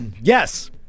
Yes